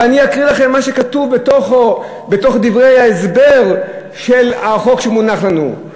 אבל אני אקריא לכם את מה שכתוב בדברי ההסבר של החוק שמונח לפנינו.